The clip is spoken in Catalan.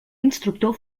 instructor